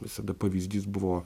visada pavyzdys buvo